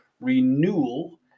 Renewal